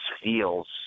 feels